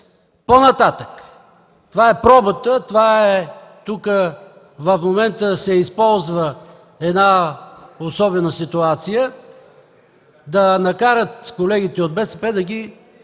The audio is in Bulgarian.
по-нататък. Това е пробата. Тук в момента се използва една особена ситуация – да накарат колегите от БСП да ги